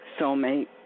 soulmate